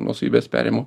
nuosavybės perėmimo